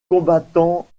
combattant